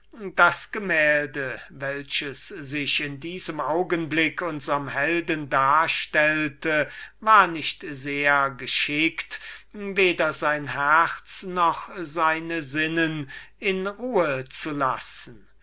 das gemälde welches sich in diesem augenblick unserm helden darstellte nicht sehr geschickt war weder sein herz noch seine sinnen in ruhe zu lassen